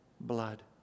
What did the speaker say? blood